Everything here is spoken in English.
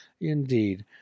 Indeed